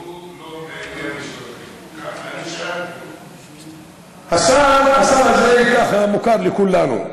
שזה לא מירי של שוטרים, השר הזה ככה מוכר לכולנו,